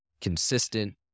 consistent